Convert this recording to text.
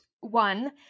one